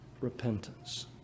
repentance